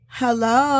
hello